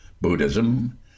Buddhism